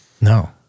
No